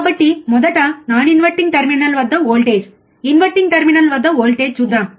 కాబట్టి మొదట non inverting terminal వద్ద వోల్టేజ్ ఇన్వర్టింగ్ టెర్మినల్ వద్ద వోల్టేజ్ చూద్దాం